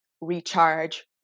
recharge